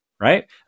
right